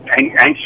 anxious